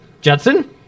Judson